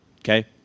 Okay